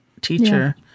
teacher